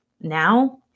now